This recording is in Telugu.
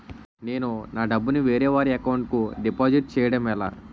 నేను నా డబ్బు ని వేరే వారి అకౌంట్ కు డిపాజిట్చే యడం ఎలా?